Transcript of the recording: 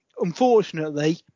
unfortunately